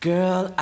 Girl